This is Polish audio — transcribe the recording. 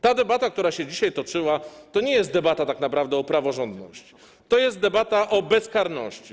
Ta debata, która się dzisiaj toczyła, to nie jest debata tak naprawdę o praworządności, to jest debata o bezkarności.